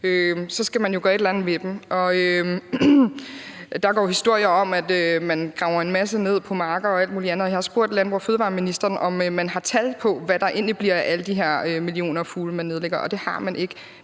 skal man jo gøre et eller andet ved dem, og der går historier om, at man graver en masse ned på marker og alt muligt andet. Og jeg har spurgt ministeren for fødevarer, landbrug og fiskeri, om man har tal på, hvad der egentlig bliver af alle de her millioner af fugle, man nedlægger, og det har man ikke.